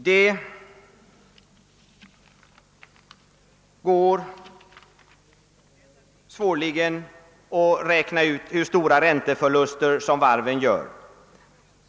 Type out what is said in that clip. Det låter sig svårligen göra att räkna ut hur stora ränteförluster som varven åsamkas.